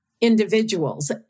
individuals